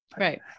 right